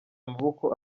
amaboko